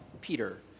Peter